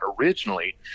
originally